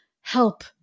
help